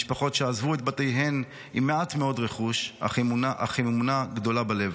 במשפחות שעזבו את בתיהן עם מעט מאוד רכוש אך עם אמונה גדולה בלב,